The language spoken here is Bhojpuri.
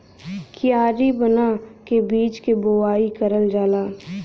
कियारी बना के बीज के बोवाई करल जाला